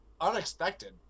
unexpected